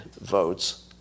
votes